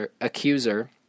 accuser